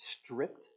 stripped